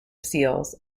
seals